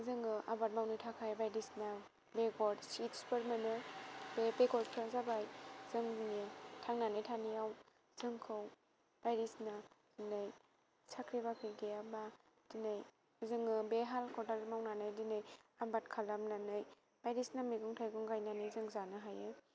जोङो आबाद मावनो थाखाय बायदिसना बेगर सीड्सफोर मोनो बे बेगरफ्रा जाबाय जोंनियाव थांनानै थानायाव जोंखौ बायदिसना होननाय साख्रि बाख्रि गैयाबा दिनै जोंनो बे हालखौ खदाल मावनानै दिनै आबाद खालामनानै बायदिसिना मेगं थाइगं गायनानै जों गायनो हायो